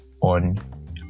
on